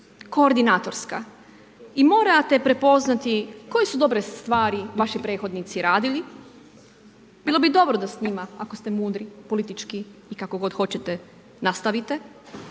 koordinatorska i morate prepoznati koje su dobre stvari vaši prethodnici radili. Bilo bi dobro da s njima, ako ste mudri, politički, kako god hoćete nastavite.